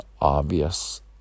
obvious